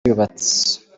yubatse